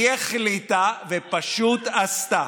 היא החליטה ופשוט עשתה.